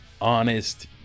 honest